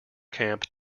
camp